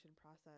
process